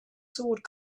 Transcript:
sword